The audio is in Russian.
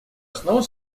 основу